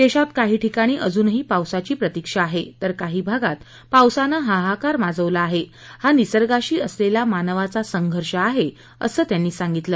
देशात काही ठिकाणी अजूनही पावसाची प्रतीक्षा आहे तर काही भागात पावसानं हाहाकार माजवला आहे हा निसर्गाशी असलेला मानवाचा संघर्ष आहे असं ते म्हणाले